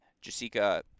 Jessica